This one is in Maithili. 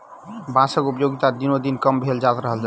बाँसक उपयोगिता दिनोदिन कम भेल जा रहल अछि